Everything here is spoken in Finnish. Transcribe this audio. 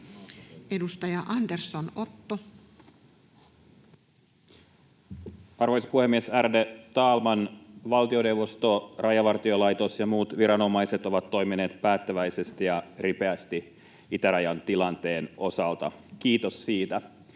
Edustaja Andersson, Otto. Arvoisa puhemies! Ärade talman! Valtioneuvosto, Rajavartiolaitos ja muut viranomaiset ovat toimineet päättäväisesti ja ripeästi itärajan tilanteen osalta — kiitos siitä.